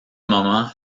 moment